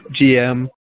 GM